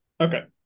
okay